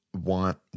want